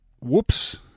Whoops